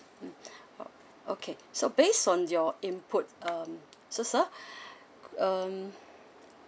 mm o~ okay so based on your input um so sir um